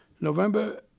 November